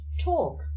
talk